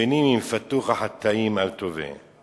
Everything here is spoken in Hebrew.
"בני אם יפתוך חטאים אל תבא.